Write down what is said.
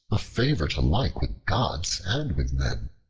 a favorite alike with gods and with men.